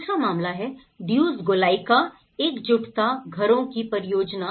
दूसरा मामला है ड्यूज़ गोलाइका एकजुटता घरों की परियोजना